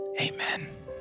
amen